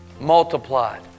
multiplied